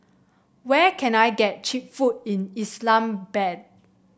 where can I get cheap food in Islamabad